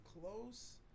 close